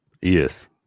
Yes